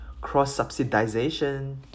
cross-subsidization